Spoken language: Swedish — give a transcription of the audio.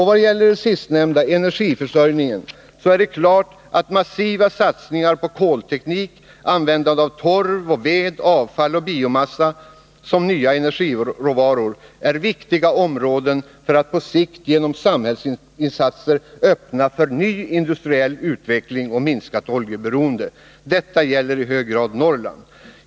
Vad gäller det sistnämnda — energiförsörjningen — är det klart att massiva satsningar på kolteknik, användning av torv, ved, avfall och biomassa som nya energiråvaror är viktiga områden för att på sikt genom samhällsinsatser öppna för ny industriell utveckling och minskat oljeberoende. Detta gäller i hög grad Norrland.